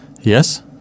Yes